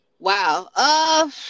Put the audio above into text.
Wow